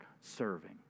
serving